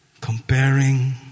comparing